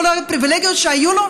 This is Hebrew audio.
הפריבילגיות שהיו לו?